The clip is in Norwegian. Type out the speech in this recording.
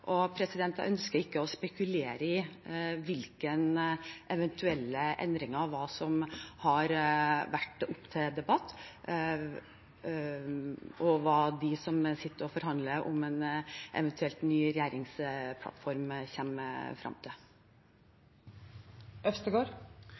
jeg ønsker ikke å spekulere i eventuelle endringer, hva som har vært oppe til debatt, og hva de som sitter og forhandler om en eventuell ny regjeringsplattform, kommer frem til.